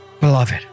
Beloved